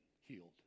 healed